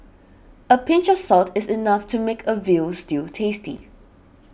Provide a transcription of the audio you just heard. a pinch of salt is enough to make a Veal Stew tasty